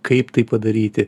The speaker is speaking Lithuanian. kaip tai padaryti